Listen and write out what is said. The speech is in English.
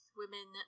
women